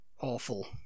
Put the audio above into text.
awful